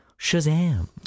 shazam